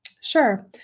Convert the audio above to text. Sure